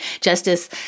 Justice